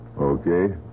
Okay